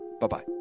Bye-bye